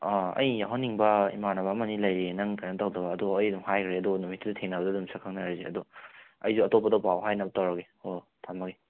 ꯑꯩ ꯌꯥꯎꯍꯟꯅꯤꯡꯕ ꯏꯃꯥꯟꯅꯕ ꯑꯃ ꯑꯅꯤ ꯂꯩꯌꯦ ꯅꯪ ꯀꯩꯅꯣ ꯇꯧꯗꯣ ꯑꯗꯣ ꯑꯩ ꯑꯗꯨꯝ ꯍꯥꯏꯒ꯭ꯔꯒꯦ ꯑꯗꯣ ꯅꯨꯃꯤꯠꯇꯨꯗ ꯊꯦꯡꯅꯕꯗ ꯑꯗꯨꯝ ꯁꯛꯈꯪꯅꯔꯁꯦ ꯑꯗꯣ ꯑꯩꯁꯨ ꯑꯇꯣꯞꯄꯗ ꯄꯥꯎ ꯍꯥꯏꯅꯕ ꯇꯧꯔꯒꯦ ꯍꯣ ꯍꯣꯏ ꯊꯝꯃꯒꯦ